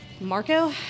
Marco